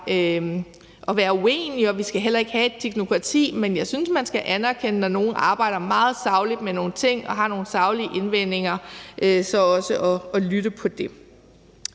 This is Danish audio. at være uenig, og vi skal heller ikke have et teknokrati, men jeg synes, at man skal anerkende, når nogle arbejder meget sagligt med nogle ting og har nogle saglige indvendinger, og så også lytte til det.